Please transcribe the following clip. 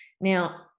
Now